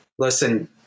Listen